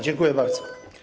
Dziękuję bardzo.